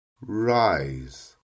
Rise